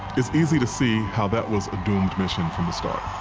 it's easy to see how that was a doomed mission from the start.